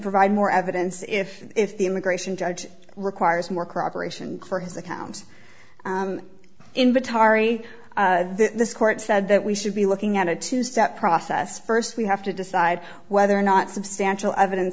provide more evidence if if the immigration judge requires more corroboration for his account inventory this court said that we should be looking at a two step process first we have to decide whether or not substantial evidence